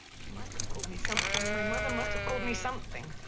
she must have called me something. my mother must have called me something.